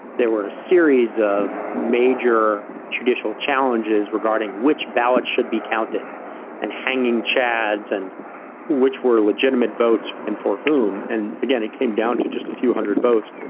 there were a series of major judicial challenges regarding which ballots should be counted and hanging chads and which were legitimate votes and for whom, and again, it came down to just a few hundred votes.